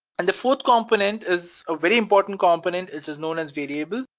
and the fourth component is a very important component, it is known as variable.